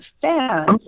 fans